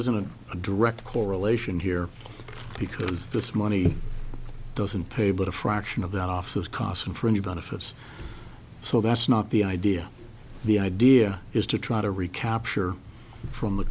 isn't a direct correlation here because this money doesn't pay but a fraction of the offices cost and for any benefits so that's not the idea the idea is to try to recapture from the